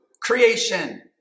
creation